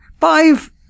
five